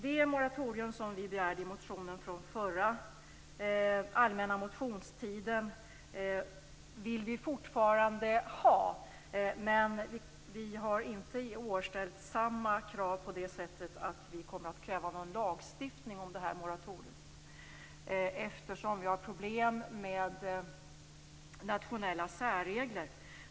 Det moratorium som vi begärde i motionen från förra allmänna motionstiden vill vi fortfarande ha, men vi har i år inte ställt samma krav på lagstiftning om ett sådant moratorium, eftersom vi har problem med nationella särregler.